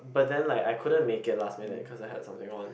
but then like I couldn't make it last minute cause I had something on